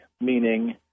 meaning